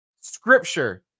scripture